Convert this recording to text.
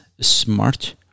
smart